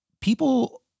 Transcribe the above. People